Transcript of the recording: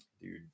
dude